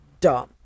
dumb